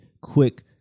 quick